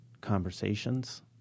conversations